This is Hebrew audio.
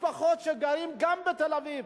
משפחות שגרות גם בתל-אביב,